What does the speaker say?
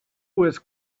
was